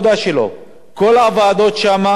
כל הוועדות שם פישלו.